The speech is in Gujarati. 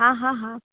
હા હા હા